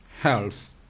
health